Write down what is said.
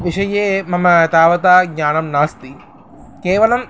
विषये मम तावत् ज्ञानं नास्ति केवलं